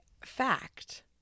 fact